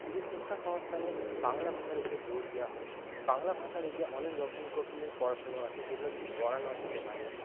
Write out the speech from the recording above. যদি শিক্ষা সংস্থানে বাংলা ভাষার উপরে জোর দেওয়া হয় বাংলা ভাষার উপরে অনেক রকমের পড়াশুনো আছে যেগুলা যদি করানো যেতে পারে